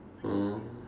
oh